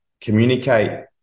communicate